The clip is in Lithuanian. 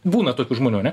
būna tokių žmonių ane